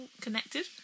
connected